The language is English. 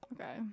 Okay